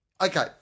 okay